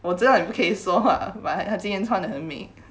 我知道你不可以说话 but 他今天穿的很美